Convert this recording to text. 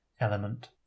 element